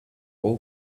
were